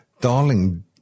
darling